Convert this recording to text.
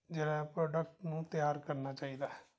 ਜਿਹੜਾ ਪ੍ਰੋਡਕਟ ਨੂੰ ਤਿਆਰ ਕਰਨਾ ਚਾਹੀਦਾ ਹੈ